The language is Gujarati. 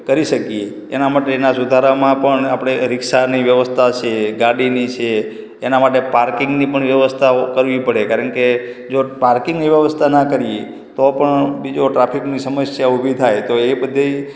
કરી શકીએ એના માટેના સુધારામાં પણ આપણે રીક્ષાની વ્યવસ્થા છે ગાડીની છે એનાં માટે પાર્કિંગની પણ વ્યવસ્થાઓ કરવી પડે કારણકે જો પાર્કિંગની વ્યવસ્થા ના કરીએ તો પણ બીજો ટ્રાફિકની સમસ્યા ઊભી થાય તો એ બધી